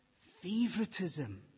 favoritism